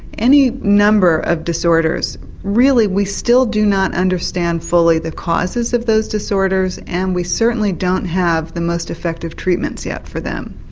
any number of disorders really, we still do not understand fully the causes of those disorders and we certainly don't have the most effective treatments yet for them.